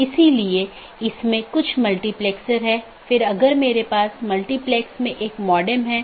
एक यह है कि कितने डोमेन को कूदने की आवश्यकता है